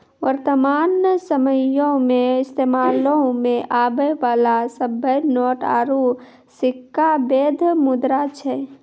वर्तमान समयो मे इस्तेमालो मे आबै बाला सभ्भे नोट आरू सिक्का बैध मुद्रा छै